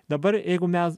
dabar jeigu mes